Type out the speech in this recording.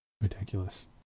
Ridiculous